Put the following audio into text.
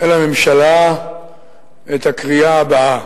אל הממשלה את הקריאה הבאה: